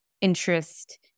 interest